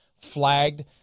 flagged